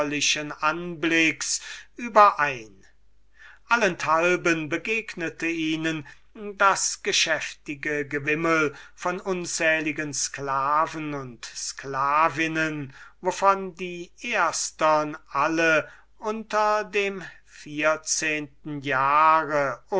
anblicks überein allenthalben begegnete ihm das geschäftige gewimmel von unzählichen sklaven und sklavinnen wovon die erstern alle unter zwölf jahren